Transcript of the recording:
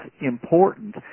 important